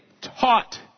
taught